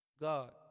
God